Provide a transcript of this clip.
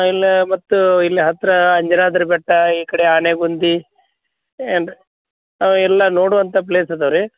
ಇಲ್ಲೇ ಮತ್ತು ಇಲ್ಲೇ ಹತ್ತಿರ ಅಂಜನಾದ್ರಿ ಬೆಟ್ಟ ಈ ಕಡೆ ಆನೆಗುಂದಿ ಏನು ರೀ ಅವು ಎಲ್ಲ ನೋಡುವಂಥ ಪ್ಲೇಸ್ ಅದಾವೆ ರೀ